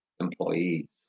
employees